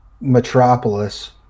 metropolis